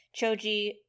choji